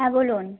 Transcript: হ্যাঁ বলুন